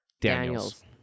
Daniels